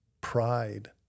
pride